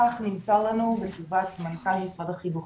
כך נמסר לנו בתשובת מנכ"ל משרד החינוך